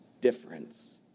difference